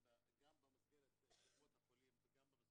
כמעט לא קיים במדינת ישראל פגיעה לאחור חוץ מהמגזר.